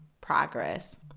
progress